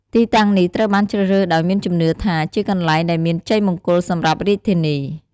ទីតាំងនេះត្រូវបានជ្រើសរើសដោយមានជំនឿថាជាកន្លែងដែលមានជ័យមង្គលសម្រាប់រាជធានី។